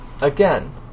Again